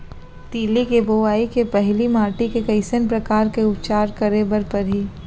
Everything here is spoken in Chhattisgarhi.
तिलि के बोआई के पहिली माटी के कइसन प्रकार के उपचार करे बर परही?